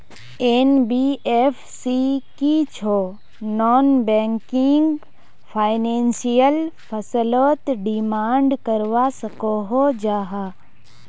NBFC की छौ non banking financial फसलोत डिमांड करवा सकोहो जाहा?